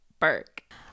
Burke